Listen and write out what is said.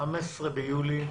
יוגשו עד 15 ביולי,